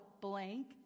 blank